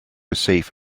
safe